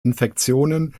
infektionen